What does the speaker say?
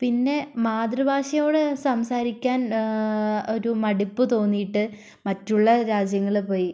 പിന്നെ മാതൃഭാഷയോട് സംസാരിക്കാൻ ഒരു മടുപ്പ് തോന്നിയിട്ട് മറ്റുള്ള രാജ്യങ്ങളിൽപ്പോയി